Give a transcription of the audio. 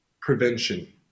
prevention